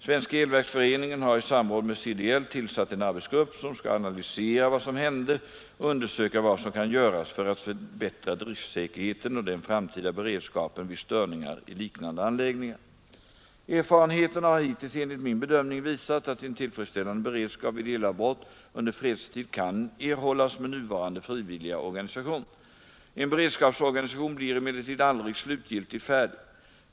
Svenska elverksföreningen har i samråd med CDL tillsatt en arbetsgrupp, som skall analysera vad som hände och undersöka vad som kan göras för att förbättra driftsäkerheten och den framtida beredskapen vid störningar i liknande anläggningar. Erfarenheterna har hittills enligt min bedömning visat att en tillfredsställande beredskap vid elavbrott under fredstid kan erhållas med nuvarande frivilliga organisation. En beredskapsorganisation blir emellertid aldrig slutgiltigt färdig.